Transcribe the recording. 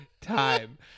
time